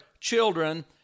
children